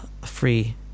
free –